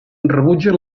rebutja